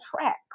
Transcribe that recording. track